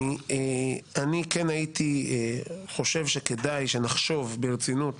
אני כן הייתי חושב שכדאי שנחשוב ברצינות